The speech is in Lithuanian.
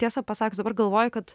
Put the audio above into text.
tiesą pasakius dabar galvoju kad